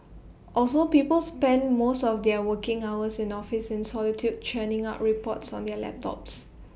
also people spend most of their working hours in office in solitude churning out reports on their laptops